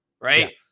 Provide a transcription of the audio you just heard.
right